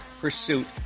pursuit